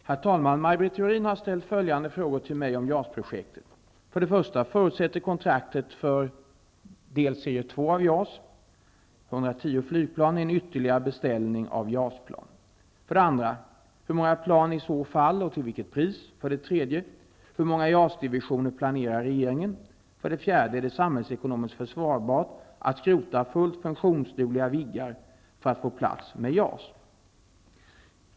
Herr talman! Maj Britt Theorin har ställt följande frågor till mig om JAS-projektet: 2. Hur många plan är det i så fall fråga om och till vilket pris? 4. Är det samhällsekonomiskt försvarbart att skrota fullt funktionsdugliga Viggar för att få plats med JAS?